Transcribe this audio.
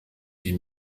die